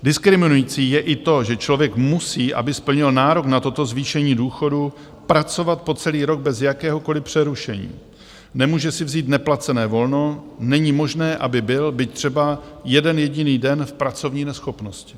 Diskriminující je i to, že člověk musí, aby splnil nárok na toto zvýšení důchodu, pracovat po celý rok bez jakéhokoliv přerušení, nemůže si vzít neplacené volno, není možné, aby byl byť třeba jeden jediný den v pracovní neschopnosti.